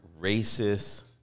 racist